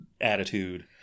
attitude